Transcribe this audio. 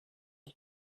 die